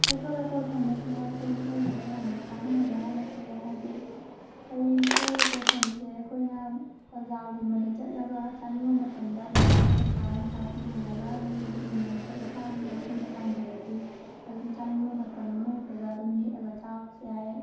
ꯍꯩꯀꯣꯜ ꯂꯩꯀꯣꯜ ꯊꯝꯕꯁꯤꯅ ꯑꯩꯈꯣꯏ ꯃꯤꯑꯣꯏꯕꯗ ꯌꯥꯝꯅ ꯀꯥꯟꯅꯍꯜꯂꯦ ꯍꯥꯏꯅ ꯈꯜꯂꯦ ꯍꯥꯏꯗꯤ ꯍꯩꯀꯣꯜ ꯂꯩꯀꯣꯜ ꯊꯝꯕꯁꯦ ꯑꯩꯈꯣꯏꯅ ꯕꯖꯥꯔꯒꯨꯝꯕꯗ ꯆꯠꯂꯒ ꯆꯥꯅꯤꯡꯕ ꯃꯇꯝꯗ ꯑꯗꯨꯝꯃꯥꯏꯅ ꯄꯩꯁꯥ ꯅꯨꯡꯁꯥ ꯇꯤꯡꯍꯜꯂꯒ ꯂꯩꯕꯒꯤ ꯃꯍꯨꯠꯇ ꯏꯁꯥꯒꯤ ꯃꯐꯝꯗ ꯄꯥꯟꯖꯔꯗꯤ ꯑꯗꯨꯝ ꯆꯥꯅꯤꯡꯕ ꯃꯇꯝ ꯑꯃ ꯍꯦꯛꯇꯗ ꯑꯗꯨꯝ ꯍꯦꯛꯑꯒ ꯆꯥꯕꯁꯨ ꯌꯥꯏ